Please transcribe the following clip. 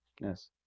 Yes